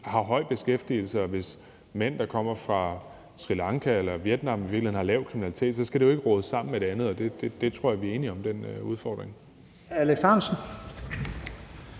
har høj beskæftigelse, og hvis mænd, der kommer fra Sri Lanka eller Vietnam, i virkeligheden har lav kriminalitet, så skal det jo ikke rodes sammen med det andet, og den her udfordring